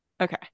Okay